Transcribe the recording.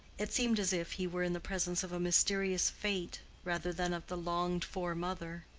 it seemed as if he were in the presence of a mysterious fate rather than of the longed-for mother.